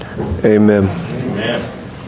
Amen